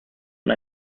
und